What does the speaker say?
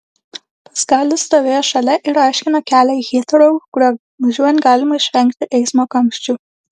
paskalis stovėjo šalia ir aiškino kelią į hitrou kuriuo važiuojant galima išvengti eismo kamščių